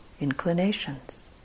inclinations